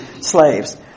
Slaves